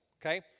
okay